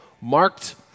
marked